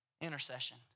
Intercession